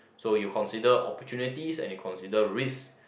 so you consider opportunities and you consider risk